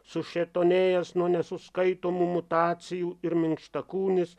sušetonėjęs nuo nesuskaitomų mutacijų ir minkštakūnis